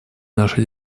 нашей